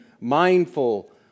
mindful